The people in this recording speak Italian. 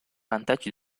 vantaggi